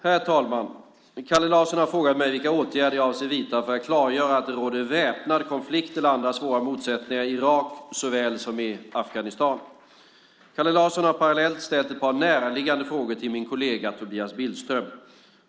Herr talman! Kalle Larsson har frågat mig vilka åtgärder jag avser att vidta för att klargöra att det råder väpnad konflikt eller andra svåra motsättningar i Irak såväl som i Afghanistan. Kalle Larsson har parallellt ställt ett par närliggande frågor till min kollega Tobias Billström.